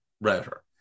router